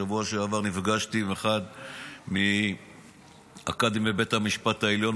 בשבוע שעבר נפגשתי עם אחד מהקאדים בבית המשפט העליון,